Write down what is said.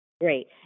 Great